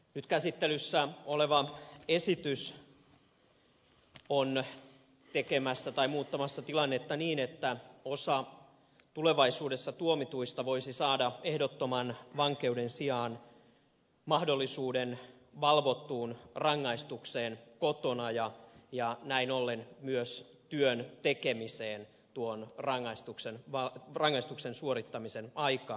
nyt käsittelyssä oleva esitys on muuttamassa tilannetta niin että tulevaisuudessa osa tuomituista voisi saada ehdottoman vankeuden sijaan mahdollisuuden valvottuun rangaistukseen kotona ja näin ollen myös työn tekemiseen tuon rangaistuksen suorittamisen aikaan